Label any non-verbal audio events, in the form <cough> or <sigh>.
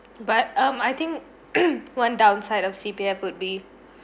but um I think <coughs> one downside of C_P_F would be